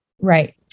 Right